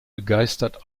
begeistert